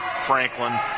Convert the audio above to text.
Franklin